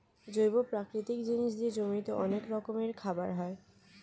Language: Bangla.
জৈব প্রাকৃতিক জিনিস দিয়ে জমিতে অনেক রকমের খাবার হয়